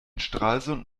stralsund